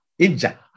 INJA